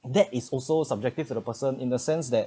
that is also subjective to the person in the sense that